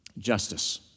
justice